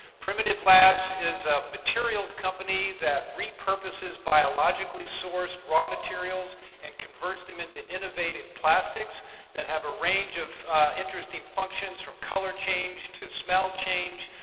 primitive labs is a materials company that repurposes biologically sourced raw materials and converts them into innovative plastics that have a range of interesting functions, from color change, to smell change,